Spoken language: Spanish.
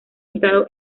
estado